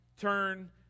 Turn